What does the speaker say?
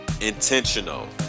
intentional